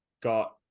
got